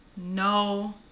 no